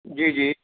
जी जी